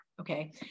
Okay